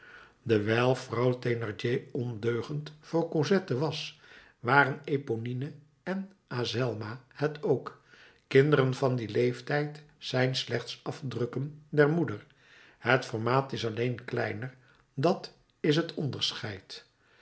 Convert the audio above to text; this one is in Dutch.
vrouw thénardier ondeugend voor cosette was waren eponine en azelma het ook kinderen van dien leeftijd zijn slechts afdrukken der moeder het formaat is alleen kleiner dat is het onderscheid